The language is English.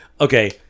Okay